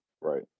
right